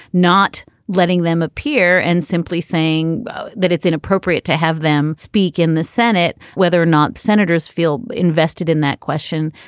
not letting them appear and simply saying that it's inappropriate to have them speak in the senate, whether or not senators feel invested in that question,